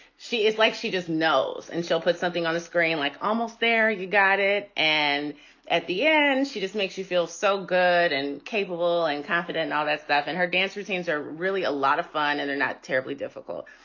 she is like she just knows and she'll put something on the screen, like almost there. you got it. and at the end, she just makes you feel so good and capable and confident. all that stuff and her dance routines are really a lot of fun and they're not terribly difficult.